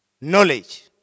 knowledge